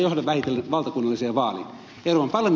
euroopan parlamentin vaaleissa me sen näimme